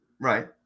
Right